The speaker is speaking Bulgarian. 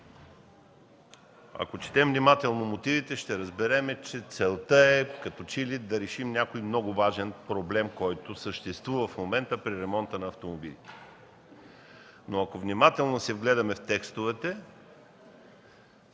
Ако четем внимателно мотивите, ще разберем, че целта е, като че ли да решим някой много важен проблем, който съществува в момента при ремонта на автомобилите. Ако внимателно се вгледаме в текстовете,